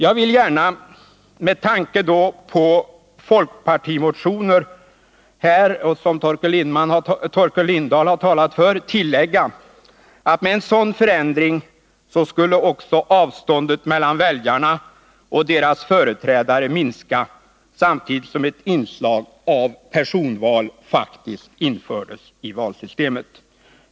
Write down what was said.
; Jag vill gärna med tanke på de folkpartimotioner som Torkel Lindahl här har talat för tillägga att med en sådan förändring skulle också avståndet mellan väljarna och deras företrädare minska, samtidigt som ett inslag av personval faktiskt infördes i valsystemet.